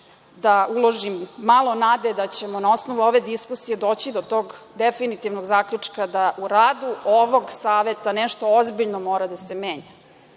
da uložim malo nade da ćemo na osnovu ove diskusije doći do tog definitivnog zaključka da u radu ovog saveta nešto ozbiljno mora da se menja